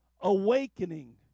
awakening